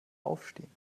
aufstehen